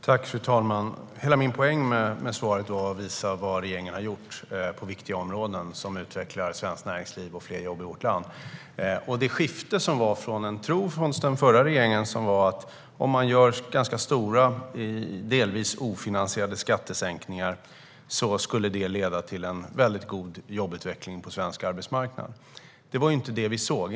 Fru talman! Hela min poäng med svaret var att visa vad regeringen har gjort på viktiga områden, vilket har utvecklat svenskt näringsliv och skapat fler jobb i vårt land. Den förra regeringen sa att om man genomförde ganska stora delvis ofinansierade skattesänkningar skulle det leda till en väldigt god jobbutveckling på svensk arbetsmarknad, vilket vi inte såg.